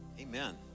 Amen